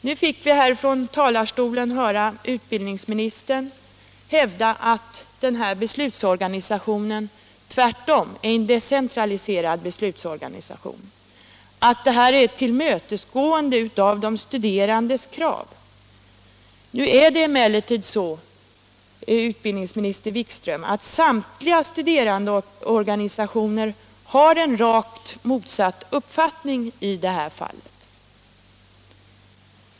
Nu fick vi ifrån talarstolen höra utbildningsministern hävda att den här beslutsorganisationen tvärtom är en decentraliserad beslutsorganisation och att det är fråga om ett tillmötesgående av de studerandes krav. Det förhåller sig emellertid så, utbildningsminister Wikström, att samtliga studerandeorganisationer har en rakt motsatt uppfattning i detta fall.